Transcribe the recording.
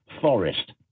forest